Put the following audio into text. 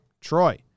Troy